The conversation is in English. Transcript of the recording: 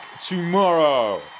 tomorrow